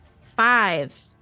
Five